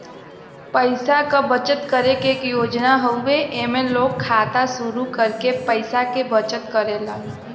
पैसा क बचत करे क एक योजना हउवे एमन लोग खाता शुरू करके पैसा क बचत करेलन